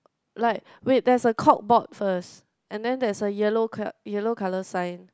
like wait there is a corkboard first and then there is a yellow co~ yellow colour sign